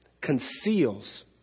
conceals